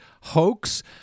hoax